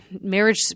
marriage